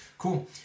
Cool